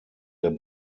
der